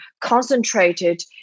concentrated